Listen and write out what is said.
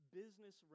business